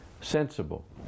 sensible